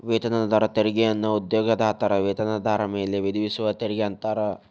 ವೇತನದಾರ ತೆರಿಗೆಯನ್ನ ಉದ್ಯೋಗದಾತರ ವೇತನದಾರ ಮೇಲೆ ವಿಧಿಸುವ ತೆರಿಗೆ ಅಂತಾರ